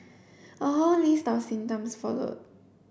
a whole list of symptoms followed